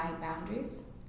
boundaries